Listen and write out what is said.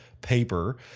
paper